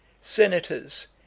Senators